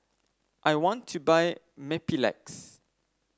I want to buy Mepilex